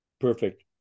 Perfect